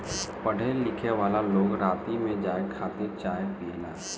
पढ़े लिखेवाला लोग राती में जागे खातिर चाय पियेला